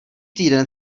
týden